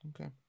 Okay